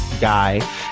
guy